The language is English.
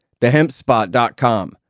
Thehempspot.com